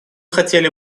хотели